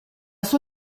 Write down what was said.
sua